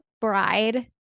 bride